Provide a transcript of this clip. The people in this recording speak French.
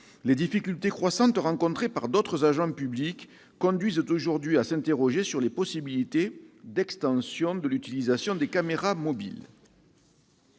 Les difficultés croissantes rencontrées par d'autres agents publics conduisent aujourd'hui à s'interroger sur les possibilités d'extension de leur utilisation. En 2016, quelque